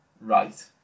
Right